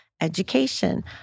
education